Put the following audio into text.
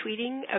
tweeting